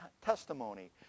testimony